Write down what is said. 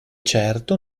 certo